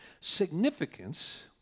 Significance